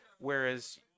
whereas –